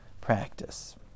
practice